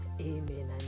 amen